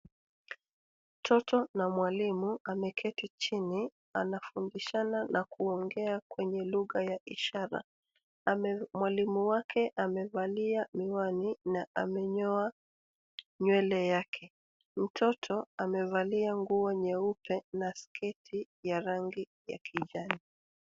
Mtoto na mwalimu ameketi chini anafundishana na kuongea kwenye lugha ya ishara. Mwalimu wake amevalia miwani na amenyoa nywele yake. Mtoto amevalia nguo nyeupe na sketi ya rangi ya kijani.